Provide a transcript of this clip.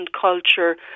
culture